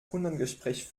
kundengespräch